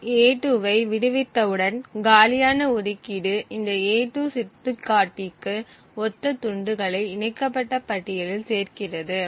நாம் a2 ஐ விடுவித்தவுடன் காலியான ஒதுக்கீடு இந்த a2 சுட்டிக்காட்டிக்கு ஒத்த துண்டுகளை இணைக்கப்பட்ட பட்டியலில் சேர்க்கிறது